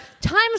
times